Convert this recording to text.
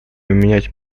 менять